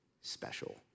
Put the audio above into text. special